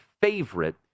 favorite